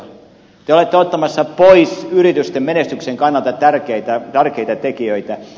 te olette ottamassa pois yritysten menestyksen kannalta tärkeitä tekijöitä